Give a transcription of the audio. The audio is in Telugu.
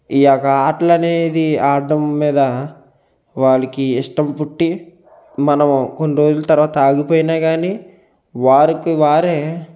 ఈ యొక్క ఆటలు అనేది ఆడడం మీద వాళ్ళకి ఇష్టం పుట్టి మనం కొన్ని రోజుల తర్వాత ఆగిపోయిన కానీ వారికి వారే